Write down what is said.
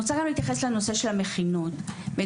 דובר כאן על מכינות לעולים.